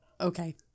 Okay